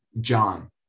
John